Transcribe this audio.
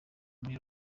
muri